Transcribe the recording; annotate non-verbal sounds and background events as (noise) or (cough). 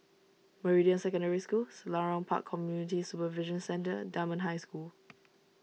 Meridian Secondary School Selarang Park Community Supervision Centre Dunman High School (noise)